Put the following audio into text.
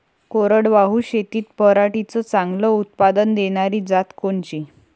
कोरडवाहू शेतीत पराटीचं चांगलं उत्पादन देनारी जात कोनची?